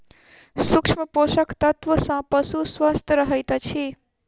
सूक्ष्म पोषक तत्व सॅ पशु स्वस्थ रहैत अछि